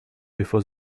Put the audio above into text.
before